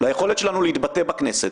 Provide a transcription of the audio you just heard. ליכולת שלנו להתבטא בכנסת.